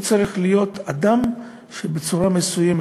צריך להיות אדם שבצורה מסוימת,